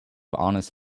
honest